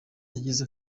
yagize